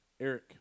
Eric